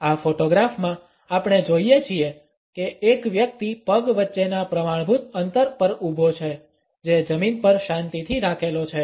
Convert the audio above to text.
આ ફોટોગ્રાફમાં આપણે જોઇએ છીએ કે એક વ્યક્તિ પગ વચ્ચેના પ્રમાણભૂત અંતર પર ઊભો છે જે જમીન પર શાંતિથી રાખેલો છે